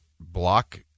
block